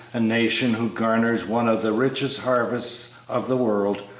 a nation who garners one of the richest harvests of the world,